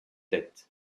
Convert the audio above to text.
têtes